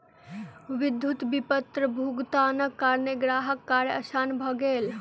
विद्युत विपत्र भुगतानक कारणेँ ग्राहकक कार्य आसान भ गेल